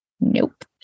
Nope